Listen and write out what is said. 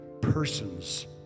persons